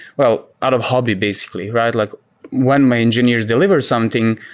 well, out of hobby basically, right? like when my engineers deliver something,